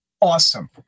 awesome